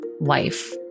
life